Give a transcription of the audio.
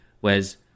Whereas